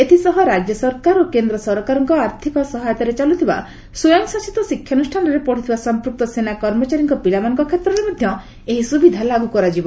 ଏଥିସହ ରାଜ୍ୟ ସରକାର ଓ କେନ୍ଦ୍ର ସରକାରଙ୍କ ଆର୍ଥିକ ସହାୟତାରେ ଚାଲ୍ରଥିବା ସ୍ୱୟଂଶାସିତ ଶିକ୍ଷାନୁଷ୍ଠାନରେ ପଢ଼ୁଥିବା ସମ୍ପୂକ୍ତ ସେନା କର୍ମଚାରୀଙ୍କ ପିଲାମାନଙ୍କ କ୍ଷେତ୍ରରେ ମଧ୍ୟ ଏହି ସୁବିଧା ଲାଗୁ କରାଯିବ